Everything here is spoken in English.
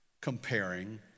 comparing